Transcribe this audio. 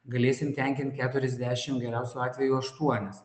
galėsim tenkint keturiasdešim geriausiu atveju aštuonis